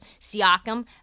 Siakam